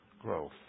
growth